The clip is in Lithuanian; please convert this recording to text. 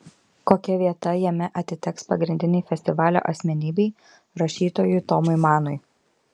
kokia vieta jame atiteks pagrindinei festivalio asmenybei rašytojui tomui manui